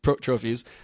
trophies